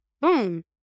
boom